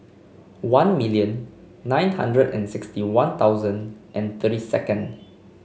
one million nine hundred and sixty One Thousand and thirty second